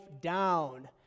down